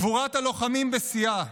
גבורת הלוחמים בשיאה,